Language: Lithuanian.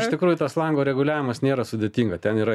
iš tikrųjų tas lango reguliavimas nėra sudėtinga ten yra